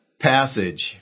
passage